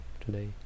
today